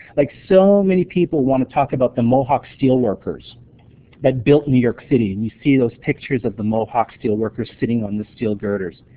like so many people wanna talk about the mohawk steelworkers that built new york city. and you see those pictures of the mohawk steelworkers sitting on the steel girders.